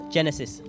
Genesis